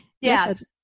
Yes